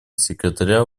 секретаря